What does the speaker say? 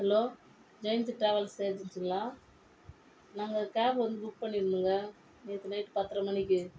hello James travels ஏஜென்ஸிங்களா நாங்கள் cab வந்து புக் பண்ணி இருந்தோம்ங்க நேற்று நைட் பத்தரை மணிக்கு